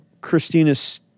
christina's